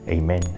Amen